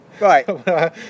right